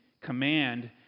command